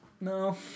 No